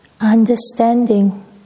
understanding